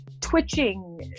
twitching